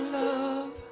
love